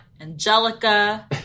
Angelica